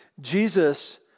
Jesus